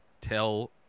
tell